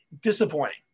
Disappointing